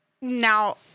now